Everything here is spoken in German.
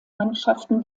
mannschaften